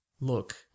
Look